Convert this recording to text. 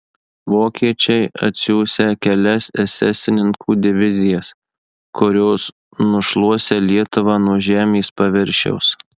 vokiečiai atsiųsią kelias esesininkų divizijas kurios nušluosią lietuvą nuo žemės paviršiaus